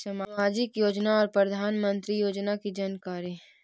समाजिक योजना और प्रधानमंत्री योजना की जानकारी?